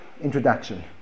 introduction